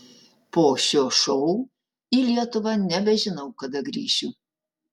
po šio šou į lietuvą nebežinau kada grįšiu